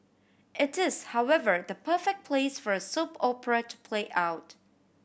it is however the perfect place for a soap opera to play out